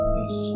yes